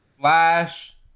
Flash